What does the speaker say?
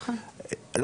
יואב,